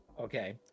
okay